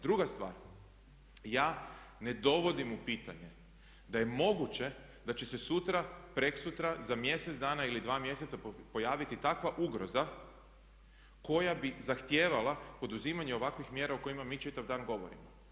Druga stvar, ja ne dovodim u pitanje da je moguće da će se sutra, prekosutra, za mjesec dana ili 2 mjeseca pojaviti takva ugroza koja bi zahtijevala poduzimanje ovakvih mjera o kojima mi čitav dan govorimo.